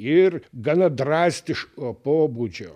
ir gana drastiško pobūdžio